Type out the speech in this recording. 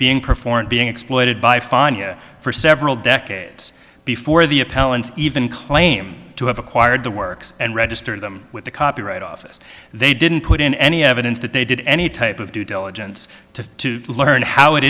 being performed being exploited by fine for several decades before the appellant's even claim to have acquired the works and register them with the copyright office they didn't put in any evidence that they did any type of due diligence to learn how it